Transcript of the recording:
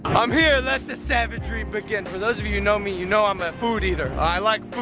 i'm here let the savagery begin. for those of you who know me, you know i'm a food-eater, i like